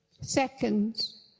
seconds